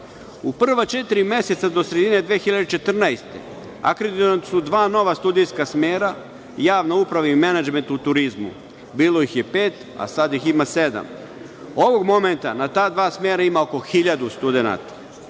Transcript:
prva četiri meseca, do sredine 2014. godine, akreditovana su dva nova studijska smera, javna uprava i menadžment u turizmu. Bilo ih je pet, a sada ih ima sedam. Ovog momenta na ta dva smera ima oko 1000 studenata.